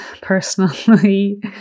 personally